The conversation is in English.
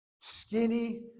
skinny